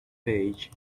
page